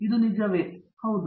ಹೌದು ಹೌದು